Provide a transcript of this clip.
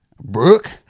Brooke